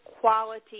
quality